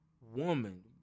woman